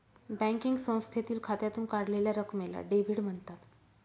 banking संस्थेतील खात्यातून काढलेल्या रकमेला डेव्हिड म्हणतात